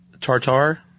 Tartar